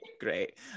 great